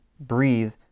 breathe